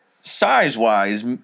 size-wise